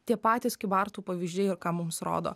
tie patys kybartų pavyzdžiai ir ką mums rodo